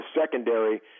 secondary